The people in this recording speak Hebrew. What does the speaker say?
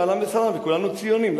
אהלן וסהלן, וכולנו ציונים.